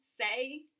say